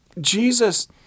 Jesus